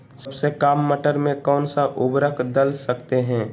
सबसे काम मटर में कौन सा ऊर्वरक दल सकते हैं?